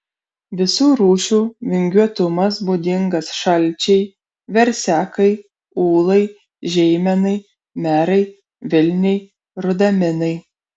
visų rūšių vingiuotumas būdingas šalčiai versekai ūlai žeimenai merai vilniai rudaminai